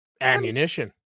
ammunition